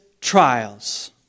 trials